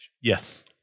Yes